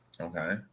Okay